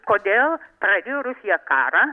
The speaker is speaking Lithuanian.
kodėl pradėjo rusija karą